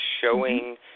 showing